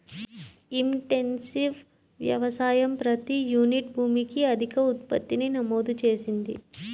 intensive వ్యవసాయం ప్రతి unit భూమికి అధిక ఉత్పత్తిని నమోదు చేసింది